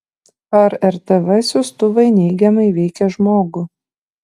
ar rtv siųstuvai neigiamai veikia žmogų